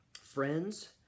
friends